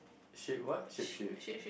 shape what shape shift